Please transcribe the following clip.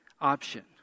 option